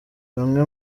bamwe